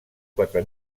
quatre